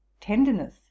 tenderness